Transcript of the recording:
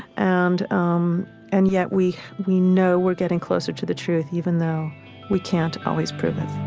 and um and yet we we know we're getting closer to the truth even though we can't always prove it